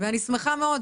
ואני שמחה מאוד.